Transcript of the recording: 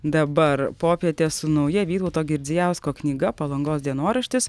dabar popietė su nauja vytauto girdzijausko knyga palangos dienoraštis